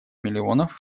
миллионов